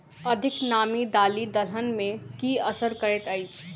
अधिक नामी दालि दलहन मे की असर करैत अछि?